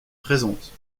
présente